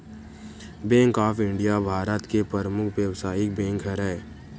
bank of India Bharat के परमुख बेवसायिक बेंक हरय